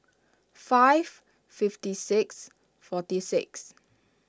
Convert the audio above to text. five fifty six forty six